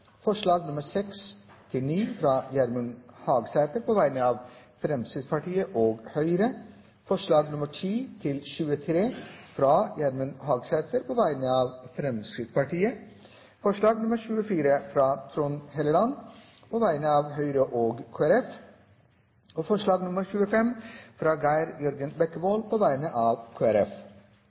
forslag. Det er forslagene nr. 1–5, fra Gjermund Hagesæter på vegne av Fremskrittspartiet, Høyre og Kristelig Folkeparti forslagene nr. 6–9, fra Gjermund Hagesæter på vegne av Fremskrittspartiet og Høyre forslagene nr. 10–23, fra Gjermund Hagesæter på vegne av Fremskrittspartiet forslag nr. 24, fra Trond Helleland på vegne av Høyre og Kristelig Folkeparti forslag nr. 25, fra Geir Jørgen Bekkevold på